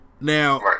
now